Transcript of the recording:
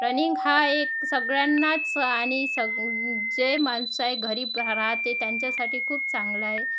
running हा एक सगळ्यांनाच आणि सग जे माणसं आहे घरी राहते त्यांच्यासाठी खूप चांगला आहे